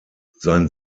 sein